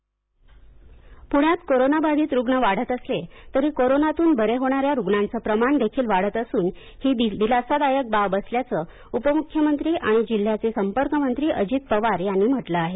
पवार प्णे प्ण्यात कोरोना बाधित रुग्ण वाढत असले तरी कोरोनातून बरे होणाऱ्या रुग्णांचे प्रमाण देखील वाढत असून ही दिलासादायक बाब असल्याचे उपमूख्यमंत्री आणि जिल्ह्याचे संपर्कमंत्री अजित पवार यांनी म्हटलं आहे